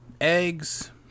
eggs